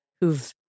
who've